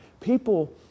people